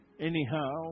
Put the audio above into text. Anyhow